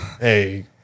Hey